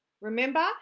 Remember